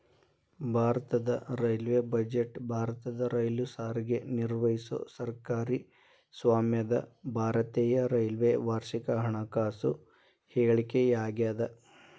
ಭಾರತದ railway budget ಭಾರತದ ರೈಲು ಸಾರಿಗೆ ನಿರ್ವಹಿಸೊ ಸರ್ಕಾರಿ ಸ್ವಾಮ್ಯದ ಭಾರತೇಯ ರೈಲ್ವೆ ವಾರ್ಷಿಕ ಹಣಕಾಸು ಹೇಳಿಕೆಯಾಗ್ಯಾದ